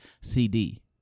CD